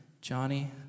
Johnny